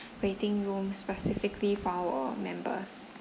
waiting room specifically for our members